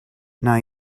now